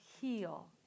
heal